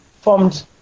formed